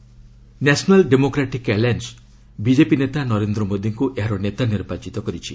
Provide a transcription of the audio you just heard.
NDA meeting national democratic alliance BJP ନେତା ନରେନ୍ଦ୍ର ମୋଦିଙ୍କୁ ଏହାର ନେତା ନିର୍ବାଚିତ କରିଛି